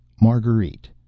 Marguerite